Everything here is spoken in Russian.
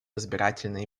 избирательные